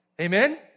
Amen